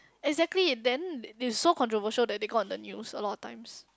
exactly then it's so controversial that they got on the news a lot of times